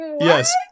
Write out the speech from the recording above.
Yes